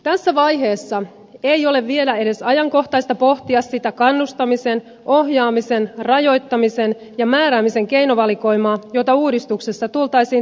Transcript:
tässä vaiheessa ei ole vielä edes ajankohtaista pohtia sitä kannustamisen ohjaamisen rajoittamisen ja määräämisen keinovalikoimaa jota uudistuksessa tultaisiin tarvitsemaan